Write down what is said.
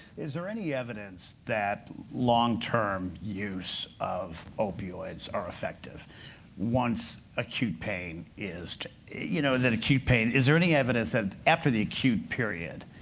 is there any evidence that long-term use of opioids are effective once acute pain is you know, the acute pain, is there any evidence that after the acute period,